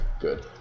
good